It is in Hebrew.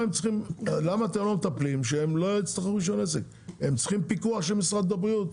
הם צריכים פיקוח של משרד הבריאות,